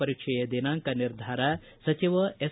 ಪರೀಕ್ಷೆಯ ದಿನಾಂಕ ನಿರ್ಧಾರ ಸಚಿವ ಎಸ್